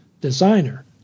designer